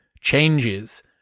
changes